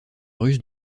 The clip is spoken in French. russes